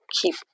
keep